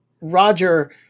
Roger